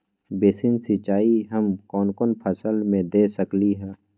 Basin सिंचाई हम कौन कौन फसल में दे सकली हां?